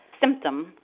symptom